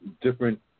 different